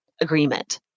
agreement